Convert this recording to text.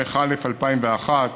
תשס"א 2001,